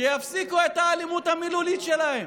שיפסיקו את האלימות המילולית שלהם.